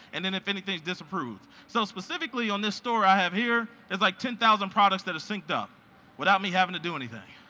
and then if anything's disapproved. so specifically, on this store i have here, there's like ten thousand products that are synced up without me having to do anything.